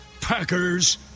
Packers